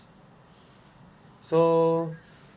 so